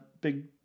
big